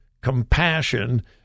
compassion